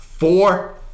Four